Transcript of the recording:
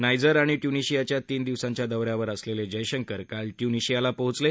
Niger आणि ट्यूनिशियाच्या तीन दिवसांच्या दौऱ्यावर असलेले जयशंकर काल ट्यूनिशियाला पोहोचले